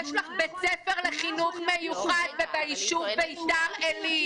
יש לך בית ספר לחינוך מיוחד וביישוב ביתר עילית.